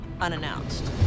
unannounced